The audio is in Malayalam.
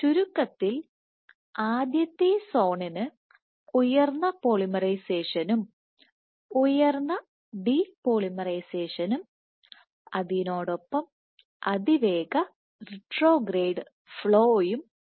ചുരുക്കത്തിൽ ആദ്യത്തെ സോണിന് ഉയർന്ന പോളിമറൈസേഷനും ഉയർന്ന ഡി പോളിമറൈസേഷനും അതിനോടൊപ്പം അതിവേഗ റിട്രോഗ്രേഡ് ഫ്ലോയും ഉണ്ട്